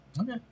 Okay